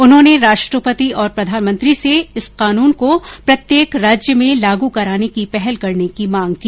उन्होंने राष्ट्रपति और प्रधानमंत्री से इस कानून को प्रत्येक राज्य में लागू कराने की पहल करने की मांग की